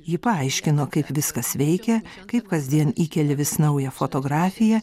ji paaiškino kaip viskas veikia kaip kasdien įkeli vis naują fotografiją